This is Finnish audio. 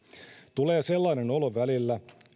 tulee sellainen olo välillä